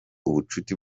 ubucuti